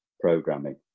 programming